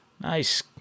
nice